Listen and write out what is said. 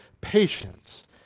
patience